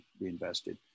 reinvested